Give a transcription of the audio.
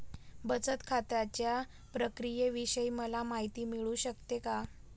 बचत खात्याच्या प्रक्रियेविषयी मला माहिती मिळू शकते का?